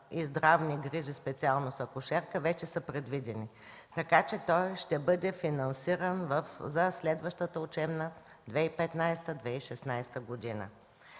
и здравни грижи, специалност „Акушерка” вече са предвидени, така че той ще бъде финансиран за следващата учебна 2015-2016 г.